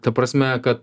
ta prasme kad